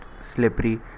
slippery